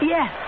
Yes